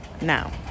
Now